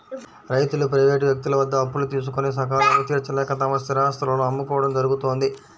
రైతులు ప్రైవేటు వ్యక్తుల వద్ద అప్పులు తీసుకొని సకాలంలో తీర్చలేక తమ స్థిరాస్తులను అమ్ముకోవడం జరుగుతోంది